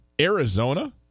Arizona